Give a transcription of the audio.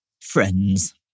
friends